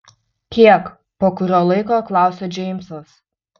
kiek po kurio laiko klausia džeimsas